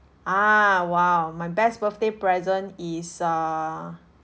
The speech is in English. ah !wow! my best birthday present is err